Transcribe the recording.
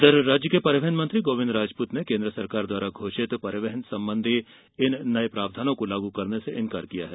इधर राज्य के परिवहन मंत्री गोविन्द राजपूत ने केन्द्र सरकार द्वारा घोषित नई परिवहन संबंधी नये प्रावधानो को लागू करने से इंकार किया है